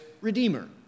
redeemer